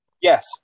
Yes